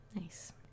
Nice